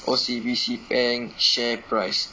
O_C_B_C bank share price